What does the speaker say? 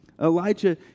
Elijah